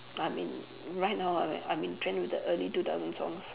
I mean right now I'm at I'm in trend with the early two thousands songs